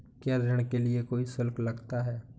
क्या ऋण के लिए कोई शुल्क लगता है?